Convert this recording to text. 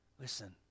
Listen